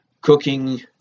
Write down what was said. cooking